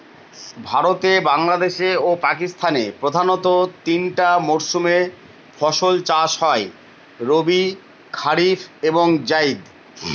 ভারতে বাংলাদেশে ও পাকিস্তানে প্রধানত তিনটা মরসুমে ফাসল চাষ হয় রবি কারিফ এবং জাইদ